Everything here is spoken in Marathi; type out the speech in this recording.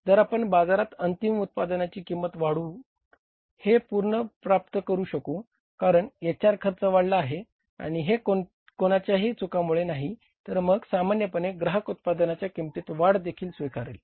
जर आपण बाजारात अंतिम उत्पादनांची किंमत वाढवून हे पुनर्प्राप्त करू शकू कारण एचआर खर्च वाढला आहे आणि हे कोणाच्याही चुकांमुळे नाही तर मग सामान्यपणे ग्राहक उत्पादनांच्या किंमतीतील वाढ देखील स्वीकारेल